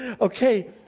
okay